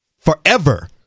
forever